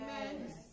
Amen